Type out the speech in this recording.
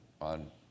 on